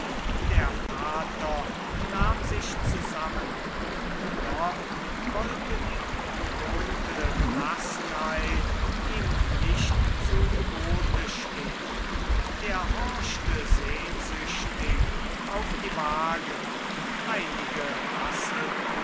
der vater nahm sich zusammen und doch wollte die angewohnte gelassenheit ihm nicht zu gebote stehen er horchte sehnsüchtig auf die wagen einige rasselten